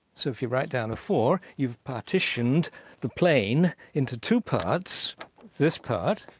so if you write down a four, you've partitioned the plane into two parts this part,